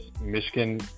Michigan